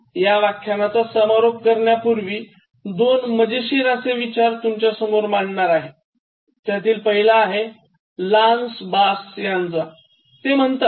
या व्यख्यानाचा समारोप करण्यापूर्वी दोन मजेशीर असे विचार तुमच्यापुढे मांडणार आहे त्यातील पहिला आहे लान्स बास यांचा ते म्हणतात